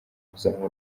kuzamura